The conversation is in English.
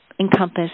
encompass